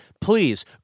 please